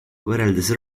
võrreldes